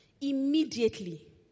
Immediately